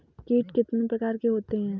कीट कितने प्रकार के होते हैं?